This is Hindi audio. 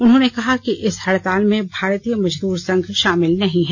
उन्होंने कहा कि इस हड़ताल में भारतीय मजदूर संघ शामिल नहीं हैं